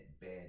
bad